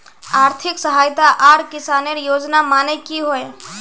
आर्थिक सहायता आर किसानेर योजना माने की होय?